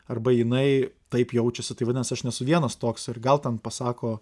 arba jinai taip jaučiasi tai vadinas aš nesu vienas toks ir gal ten pasako